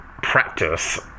Practice